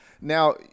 Now